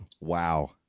Wow